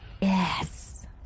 Yes